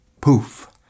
poof